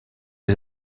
des